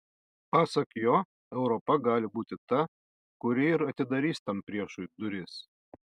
pasak jo europa gali būti ta kuri ir atidarys tam priešui duris